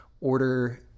order